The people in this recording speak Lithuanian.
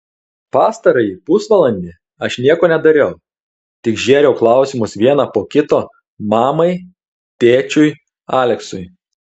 pastarąjį pusvalandį aš nieko nedariau tik žėriau klausimus vieną po kito mamai tėčiui aleksui